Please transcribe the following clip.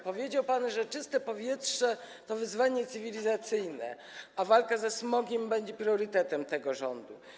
Powiedział pan, że czyste powietrze to wyzwanie cywilizacyjne, a walka ze smogiem będzie priorytetem tego rządu.